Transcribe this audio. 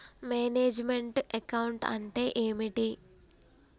Manage meant account అంటే ఏమిటి?